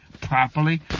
properly